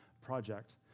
project